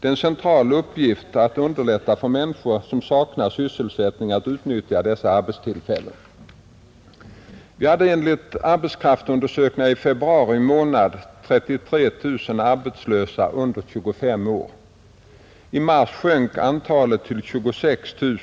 Det är en central uppgift att underlätta för människor som saknar sysselsättning att utnyttja dessa arbetstillfällen. Vi hade enligt arbetskraftsundersökningarna i februari månad 33 000 arbetslösa under 25 år. I mars sjönk antalet till 26 000.